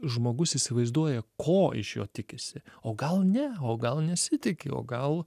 žmogus įsivaizduoja ko iš jo tikisi o gal ne o gal nesitiki o gal